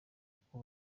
uko